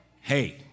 hey